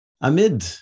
amid